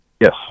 Yes